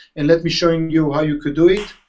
and let me showing you how you could do it.